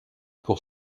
pour